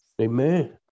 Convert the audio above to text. Amen